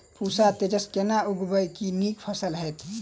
पूसा तेजस केना उगैबे की नीक फसल हेतइ?